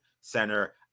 center